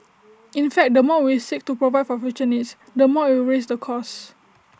in fact the more we seek to provide for future needs the more IT will raise the cost